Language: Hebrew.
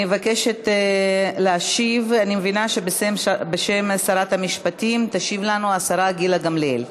אני מבינה שבשם שרת המשפטים תשיב לנו השרה גילה גמליאל.